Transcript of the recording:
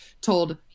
told